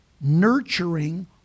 nurturing